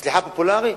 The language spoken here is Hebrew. סליחה, פופולרי?